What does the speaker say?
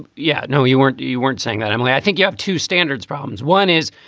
yeah. no you weren't. you you weren't saying that. i mean i think you have two standards problems. one is